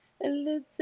Elizabeth